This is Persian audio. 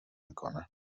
میکنه